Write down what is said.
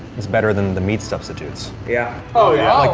is better than the meat substitutes. yeah. oh, yeah like